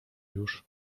już